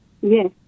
Yes